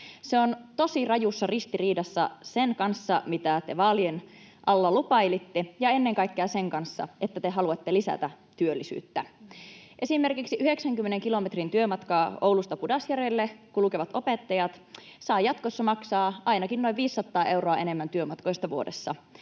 Se on tosi rajussa ristiriidassa sen kanssa, mitä te vaalien alla lupailitte, ja ennen kaikkea sen kanssa, että te haluatte lisätä työllisyyttä. Esimerkiksi 90 kilometrin työmatkaa Oulusta Pudasjärvelle kulkevat opettajat saavat jatkossa maksaa ainakin noin 500 euroa enemmän työmatkoista vuodessa.